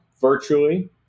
virtually